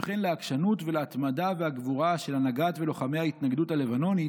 וכן לעקשנות ולהתמדה והגבורה של הנהגת ולוחמי ההתנגדות הלבנונית,